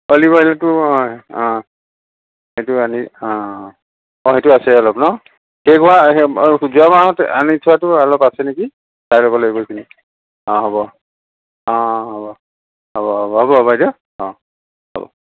olive অইলটো অ' অ' সেইটো আনি অ' অ' সেইটো আছে অলপ ন যোৱা মাহত আনি থোৱাটো অলপ আছে নেকি চাই ল'ব লাগিব সেইখিনি অ' হ'ব অ' হ'ব হ'ব হ'ব হ'ব বাইদেউ অ' হ'ব